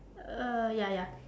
uh ya ya